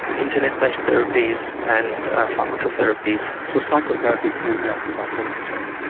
internet-based therapies, and pharmacotherapies. so psychotherapy can help in bipolar disorder?